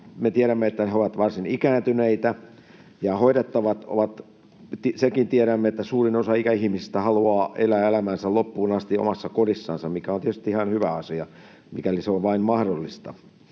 valtaosa on varsin ikääntyneitä, ja senkin tiedämme, että suurin osa ikäihmisistä haluaa elää elämänsä loppuun asti omassa kodissansa, mikä on tietysti ihan hyvä asia, mikäli se on vain mahdollista.